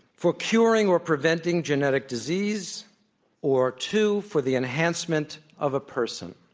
for curing or preventing genetic disease or, two, for the enhancement of a person.